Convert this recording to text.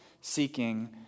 seeking